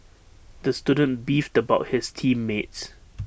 the student beefed about his team mates